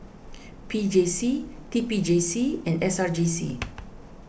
P J C T P J C and S R J C